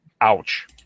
Ouch